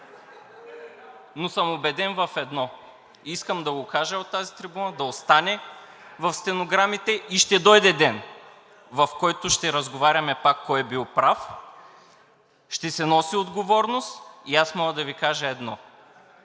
Но съм убеден в едно и искам да го кажа от тази трибуна, за да остане в стенограмите: и ще дойде ден, в който ще разговаряме пак кой е бил прав, ще се носи отговорност и аз мога да Ви кажа едно